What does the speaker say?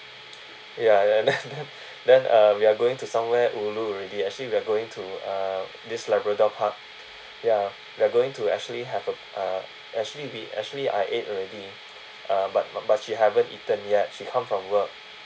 ya and then then uh we are going to somewhere ulu already actually we're going to uh this labrador park ya we are going to actually have a uh actually we actually I ate already uh but but but she haven't eaten yet she come from work